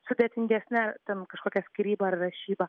sudėtingesne ten kažkokia skyryba rašyba